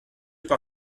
pas